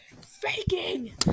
faking